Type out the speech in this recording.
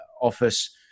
office